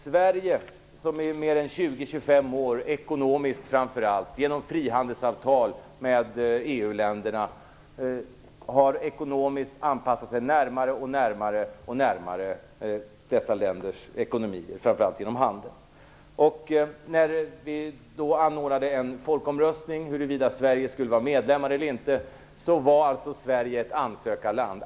Sverige har i mer än 20-25 år, framför allt ekonomiskt genom frihandelsavtal med EU-länderna, anpassat sig alltmer till dessa länders ekonomier. Framför allt gäller det handeln. När vi anordnade en folkomröstning om huruvida Sverige skulle vara medlem eller inte var alltså Sverige ett ansökarland.